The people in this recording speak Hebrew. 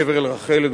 בקבר רחל,